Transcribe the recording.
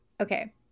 Okay